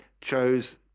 chose